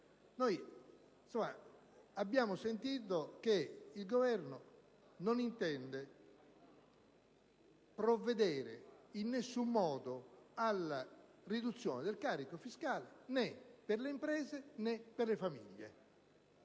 Abbiamo sentito che il Governo non intende provvedere in alcun modo alla riduzione del carico fiscale, né per le imprese né per le famiglie.